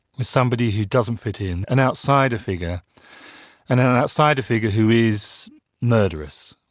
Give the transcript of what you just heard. with somebody who doesn't fit in, an outsider figure, and and an outsider figure who is murderous.